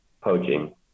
poaching